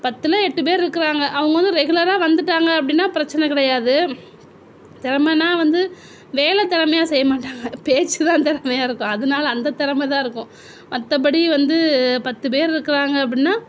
பத்தில் எட்டு பேர் இருக்குறாங்க அவங்க வந்து ரெகுலராக வந்துட்டாங்க அப்படினா பிரெச்சனை கிடையாது திறமைனா வந்து வேலை திறமையாக செய்யமாட்டாங்க பேச்சுதான் திறமையாக இருக்கும் அதனால அந்த திறமதான் இருக்கும் மற்றபடி வந்து பத்து பேர் இருக்கிறாங்க அப்புடின்னா